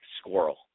squirrel